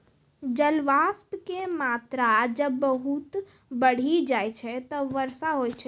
जलवाष्प के मात्रा जब बहुत बढ़ी जाय छै तब वर्षा होय छै